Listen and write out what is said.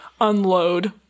unload